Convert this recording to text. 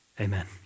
Amen